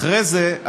אחרי זה,